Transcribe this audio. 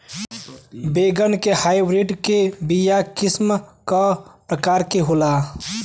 बैगन के हाइब्रिड के बीया किस्म क प्रकार के होला?